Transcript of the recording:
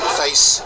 face